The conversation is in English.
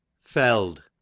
Feld